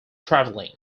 traveling